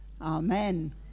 Amen